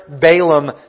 Balaam